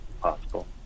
possible